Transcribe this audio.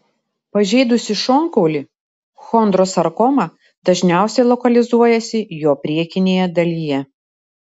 pažeidusi šonkaulį chondrosarkoma dažniausiai lokalizuojasi jo priekinėje dalyje